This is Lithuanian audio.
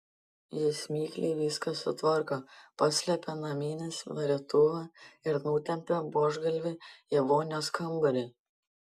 jis mikliai viską sutvarko paslepia naminės varytuvą ir nutempia buožgalvį į vonios kambarį